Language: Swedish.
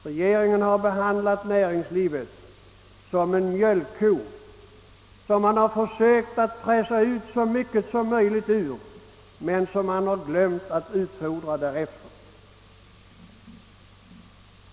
Man har behandlat näringslivet som en mjölkko, som man har försökt pressa ut så mycket som möjligt ur men som man har glömt att utfodra därefter.